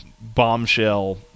bombshell